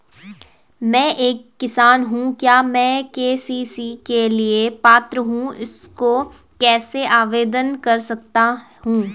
मैं एक किसान हूँ क्या मैं के.सी.सी के लिए पात्र हूँ इसको कैसे आवेदन कर सकता हूँ?